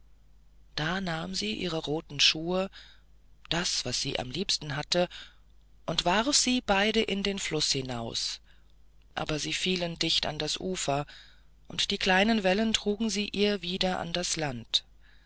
da nahm sie ihre roten schuhe das was sie am liebsten hatte und warf sie beide in den fluß hinaus aber sie fielen dicht an das ufer und die kleinen wellen trugen sie ihr wieder an das land